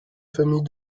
famille